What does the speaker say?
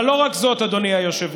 אבל לא רק זאת, אדוני היושב-ראש.